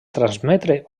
transmetre